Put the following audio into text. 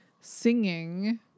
singing